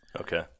Okay